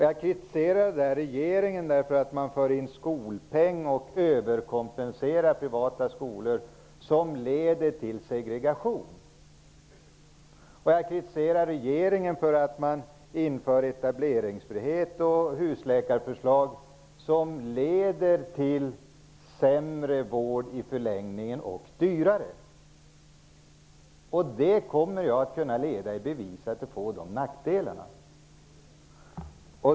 Jag kritiserade regeringen för att man inför skolpeng och överkompenserar privata skolor, vilket leder till segregation. Jag kritiserar regeringen för att man inför etableringsfrihet och husläkarlag som leder till sämre och dyrare vård i förlängningen. Jag kommer att kunna leda i bevis att detta får de nackdelarna.